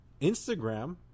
Instagram